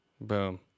Boom